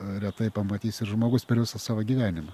retai pamatys ir žmogus per visą savo gyvenimą